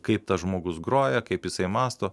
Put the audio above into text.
kaip tas žmogus groja kaip jisai mąsto